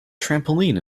trampoline